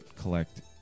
collect